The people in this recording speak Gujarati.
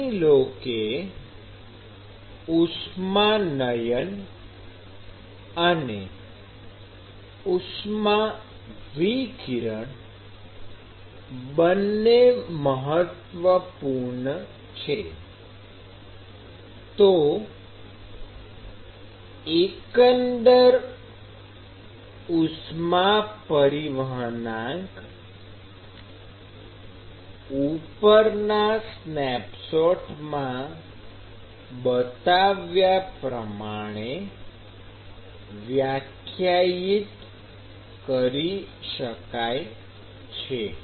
માની લો કે ઉષ્માનયન અને ઉષ્માવિકિરણ બંને મહત્વપૂર્ણ છે તો એકંદર ઉષ્મા પરિવહનાંક ઉપરના સ્નેપશોટમાં બતાવ્યા પ્રમાણે વ્યાખ્યાયિત કરી શકાય છે